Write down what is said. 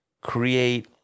create